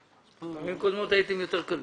בפעמים הקודמות הייתם יותר קלים.